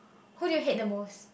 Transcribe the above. who do you hate the most